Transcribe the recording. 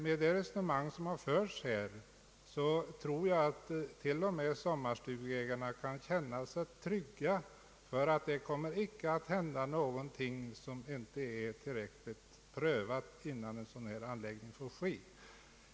Med det resonemang som har förts här tror jag, att t.o.m. sommarstugeägarna kan känna sig trygga för att det inte kommer att hända något som inte är tillräckligt prövat innan anläggningen kommer till stånd.